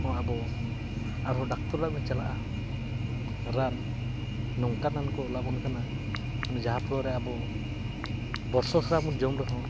ᱦᱚᱸ ᱟᱵᱚ ᱟᱨ ᱦᱚᱸ ᱰᱟᱠᱛᱟᱨ ᱚᱲᱟᱜ ᱵᱚᱱ ᱪᱟᱞᱟᱜᱼᱟ ᱨᱟᱱ ᱱᱚᱝᱠᱟ ᱨᱟᱱ ᱠᱚ ᱚᱞ ᱟᱵᱚᱱ ᱠᱟᱱᱟ ᱚᱱᱟ ᱡᱟᱦᱟᱸ ᱨᱮ ᱟᱵᱚ ᱵᱚᱨᱥᱚ ᱥᱮᱨᱟ ᱵᱚᱱ ᱡᱚᱢ ᱨᱮ ᱦᱚᱸ